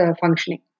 functioning